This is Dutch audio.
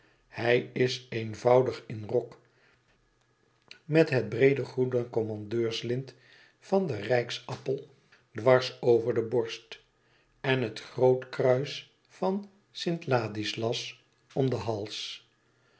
hij is eenvoudig in rok met het breede groene commandeurslint van den rijksappel dwars over de borst en het grootkruis van st ladislas om den hals